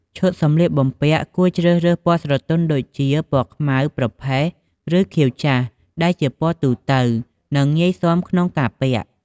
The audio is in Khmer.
ឈុតសម្លៀកបំពាក់គួរជ្រើសរើសពណ៌ស្រទន់ដូចជា ពណ៌ខ្មៅ ប្រផេះ ឬខៀវចាស់ ដែលជាពណ៌ទូទៅ និងងាយសាំក្នុងការពាក់។